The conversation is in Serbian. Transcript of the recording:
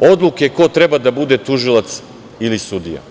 odluke ko treba da bude tužilac ili sudija?